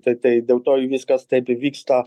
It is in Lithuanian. tai tai dėl to i viskas taip įvyksta